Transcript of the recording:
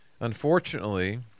Unfortunately